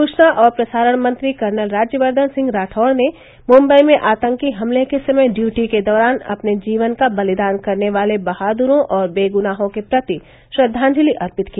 सूचना और प्रसारण मंत्री कर्नल राज्यवर्धन राठौड़ ने मुंबई में आतंकी हमले के समय ड्यूटी के दौरान अपने जीवन का बलिदान करने वाले बहादुरों और बेगुनाहों के प्रति श्रद्वांजलि अर्पित की